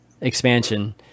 expansion